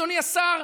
אדוני השר,